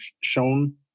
shown